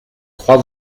crois